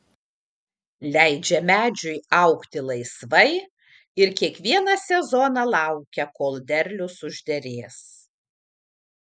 leidžia medžiui augti laisvai ir kiekvieną sezoną laukia kol derlius užderės